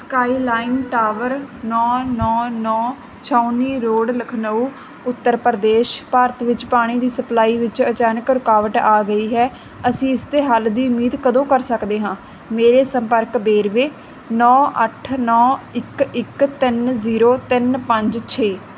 skyline tower ਨੌਂ ਨੌਂ ਨੌਂ ਛਾਉਣੀ ਰੋਡ ਲਖਨਊ ਉੱਤਰ ਪ੍ਰਦੇਸ਼ ਭਾਰਤ ਵਿੱਚ ਪਾਣੀ ਦੀ ਸਪਲਾਈ ਵਿੱਚ ਅਚਾਨਕ ਰੁਕਾਵਟ ਆ ਗਈ ਹੈ ਅਸੀਂ ਇਸ ਦੇ ਹੱਲ ਦੀ ਉਮੀਦ ਕਦੋਂ ਕਰ ਸਕਦੇ ਹਾਂ ਮੇਰੇ ਸੰਪਰਕ ਵੇਰਵੇ ਨੌਂ ਅੱਠ ਨੌਂ ਇੱਕ ਇੱਕ ਤਿੰਨ ਜ਼ੀਰੋ ਤਿੰਨ ਪੰਜ ਛੇ